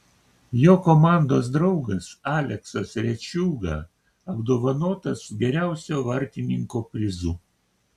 jo komandos draugas aleksas rečiūga apdovanotas geriausio vartininko prizu